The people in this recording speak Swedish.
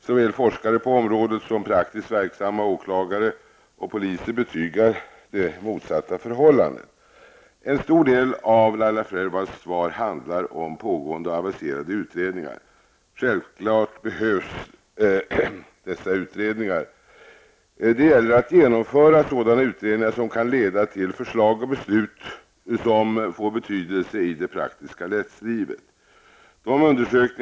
Såväl forskare på området som praktiskt verksamma åklagare och poliser betygar det motsatta förhållandet. En stor del av Laila Freivalds svar handlar om pågående och aviserade utredningar. Självfallet behövs dessa utredningar. Det gäller att genomföra sådana utredningar som kan leda till förslag och beslut och som får betydelse i det praktiska rättslivet.